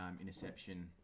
interception